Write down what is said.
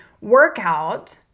workout